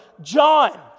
John